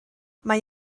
mae